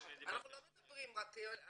אנחנו לא מדברים רק על ---,